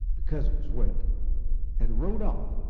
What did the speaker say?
because it was wet and rode off,